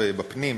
בפנים,